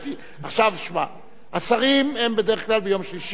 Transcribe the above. מי שהציע זה